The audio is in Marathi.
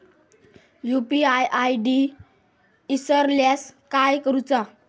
यू.पी.आय आय.डी इसरल्यास काय करुचा?